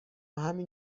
همین